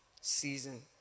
season